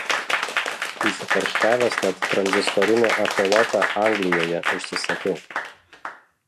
įsikarščiavęs net tranzistorinį echolotą anglijoje užsisakiau